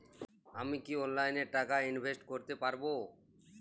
আমি কি অনলাইনে টাকা ইনভেস্ট করতে পারবো?